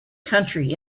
country